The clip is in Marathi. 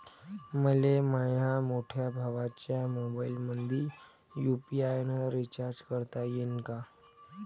मले माह्या मोठ्या भावाच्या मोबाईलमंदी यू.पी.आय न रिचार्ज करता येईन का?